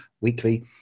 weekly